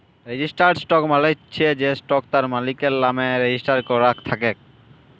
registered stock মালে চ্ছ যে স্টক তার মালিকের লামে রেজিস্টার করাক থাক্যে